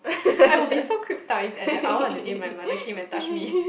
I will be so creeped out if at that hour of the day my mother came and touched me